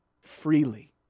freely